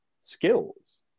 skills